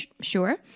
sure